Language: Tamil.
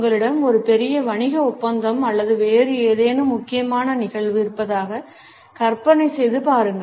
உங்களிடம் ஒரு பெரிய வணிக ஒப்பந்தம் அல்லது வேறு ஏதேனும் முக்கியமான நிகழ்வு இருப்பதாக கற்பனை செய்து பாருங்கள்